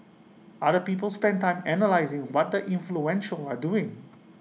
other people spend time analysing what the influential are doing